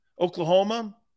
Oklahoma